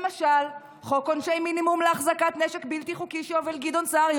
למשל בחוק עונשי מינימום על החזקת נשק בלתי חוקי שהוביל גדעון סער,